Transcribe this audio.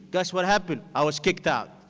that's what happened, i was kicked out.